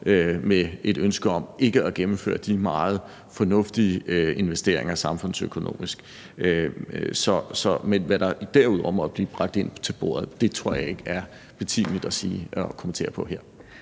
med et ønske om ikke at gennemføre de meget fornuftige investeringer samfundsøkonomisk set. Men hvad der derudover måtte blive bragt ind til bordet, tror jeg ikke er betimeligt at kommentere på her.